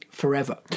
Forever